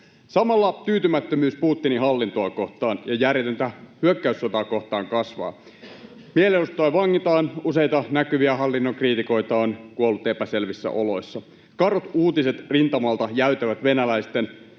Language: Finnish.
Samalla tyytymättömyys Putinin hallintoa kohtaan ja järjetöntä hyökkäyssotaa kohtaan kasvaa. Mielenosoittajia vangitaan, useita näkyviä hallinnon kriitikoita on kuollut epäselvissä oloissa. Karut uutiset rintamalta jäytävät venäläisten,